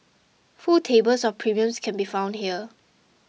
full tables of premiums can be found here